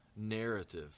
narrative